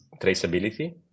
traceability